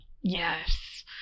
Yes